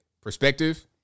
perspective